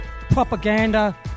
propaganda